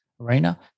arena